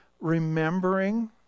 remembering